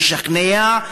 משכנע,